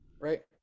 right